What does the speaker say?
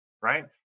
right